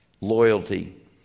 loyalty